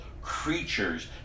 creatures